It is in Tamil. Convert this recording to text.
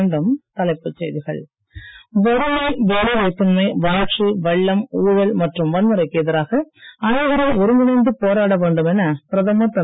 மீண்டும் தலைப்புச் செய்திகள் வறுமை வேலை வாய்ப்பின்மை வறட்சி வெள்ளம் ஊழல் மற்றும் வன்முறைக்கு எதிராக அனைவரும் ஒருங்கிணைந்து போராட வேண்டும் என பிரதமர் திரு